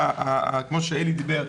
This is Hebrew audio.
כפי שאלי בין אמר,